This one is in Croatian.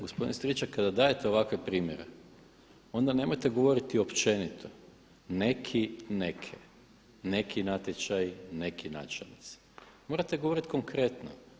Gospodin Striček kada dajete ovakve primjere onda nemojte govoriti općenito, neki, neke, neki natječaj, neki načelnici, morate govoriti konkretno.